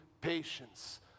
patience